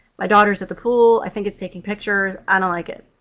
my daughter's at the pool. i think it's taking pictures. i don't like it.